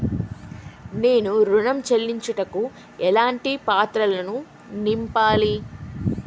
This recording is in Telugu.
నేను ఋణం చెల్లించుటకు ఎలాంటి పత్రాలను నింపాలి?